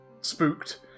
spooked